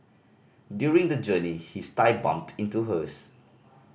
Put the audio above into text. during the journey his thigh bumped into hers